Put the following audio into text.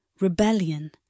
rebellion